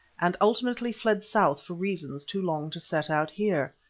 and ultimately fled south for reasons too long to set out here.